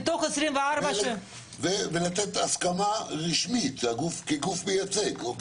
מתוך 24. ולתת הסכמה רשמית כגוף מייצג, אוקיי?